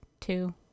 two